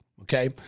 okay